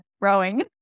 rowing